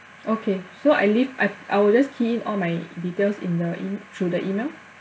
okay so I leave I I will just key in all my details in the in through the email